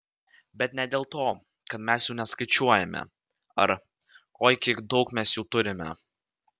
bet ne dėl to kad mes jų neskaičiuojame ar oi kiek daug mes jų turime